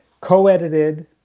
co-edited